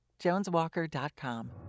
JonesWalker.com